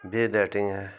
بھی لیٹنگ ہے